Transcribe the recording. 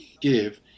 give